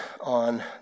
on